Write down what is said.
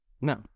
no